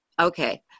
Okay